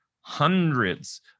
hundreds